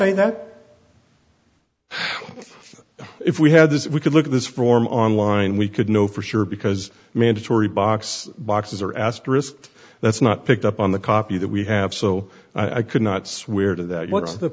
think that if we had this if we could look at this form online we could know for sure because mandatory box boxes or asterisk that's not picked up on the copy that we have so i could not swear to that what's the